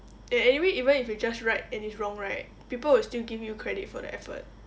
eh anyway even if you just write and it's wrong right people will still give you credit for the effort